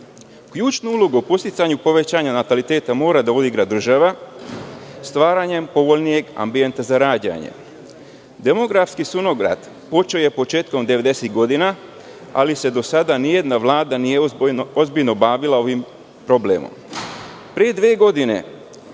Ključnu ulogu u podsticanju povećanja nataliteta mora da vodi grad, država stvaranjem povoljnijeg ambijenta za rađanje. Demografski sunovrat počeo je početkom devedesetih godina, ali se do sada nijedna Vlada nije ozbiljno bavila ovim problemom. Pre